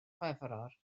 chwefror